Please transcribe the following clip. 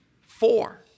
Four